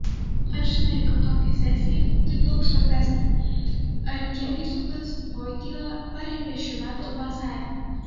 ar žinai kad tokią sesiją tik daug svarbesnę arkivyskupas voityla parengė šių metų vasarį